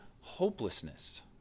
hopelessness